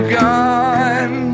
gone